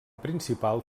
principal